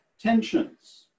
Tensions